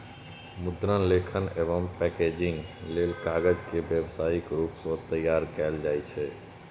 मुद्रण, लेखन एवं पैकेजिंग लेल कागज के व्यावसायिक रूप सं तैयार कैल जाइ छै